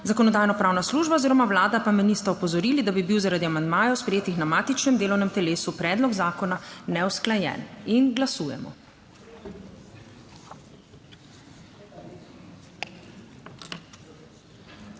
Zakonodajno-pravna služba oziroma Vlada pa me nista opozorili, da bi bil zaradi amandmajev, sprejetih na matičnem delovnem telesu predlog zakona neusklajen. Glasujemo.